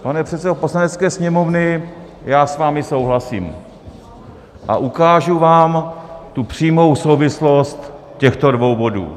Pane předsedo Poslanecké sněmovny, já s vámi souhlasím a ukážu vám tu přímou souvislost těchto dvou bodů.